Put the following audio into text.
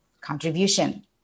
contribution